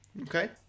Okay